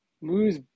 moves